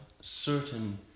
certain